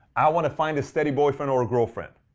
i want to find a steady boyfriend or a girlfriend.